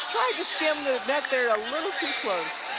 to skim the net there alittle too close.